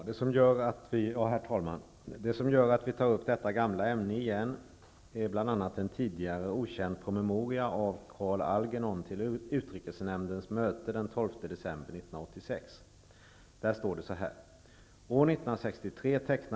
Herr talman! Det som gör att vi tar upp detta gamla ämne igen är bl.a. en tidigare okänd promemoria av Carl Algernon till utrikesnämndens möte den 12 december 1986.